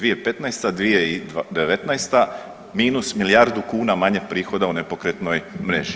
2015.-2019. minus milijardu kuna manje prihoda u nepokretnoj mreži.